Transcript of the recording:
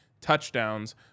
touchdowns